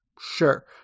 sure